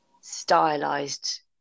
stylized